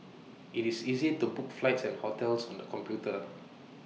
IT is easy to book flights and hotels on the computer